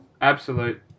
Absolute